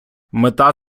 мета